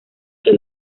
que